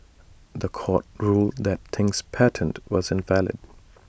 The Court ruled that Ting's patent was invalid